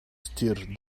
stir